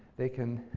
they can